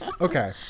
Okay